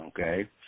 okay